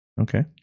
okay